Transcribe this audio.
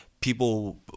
people